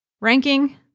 ranking